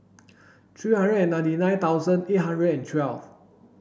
three hundred and ninety nine thousand eight hundred and twelve